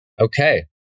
Okay